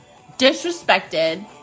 disrespected